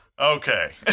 Okay